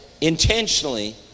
intentionally